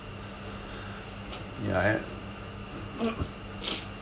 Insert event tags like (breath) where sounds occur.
ya (coughs) (breath)